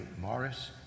Morris